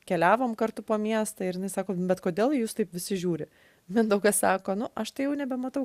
keliavom kartu po miestą ir jinai sako bet kodėl į jūs taip visi žiūri mindaugas sako nu aš tai jau nebematau